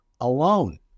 alone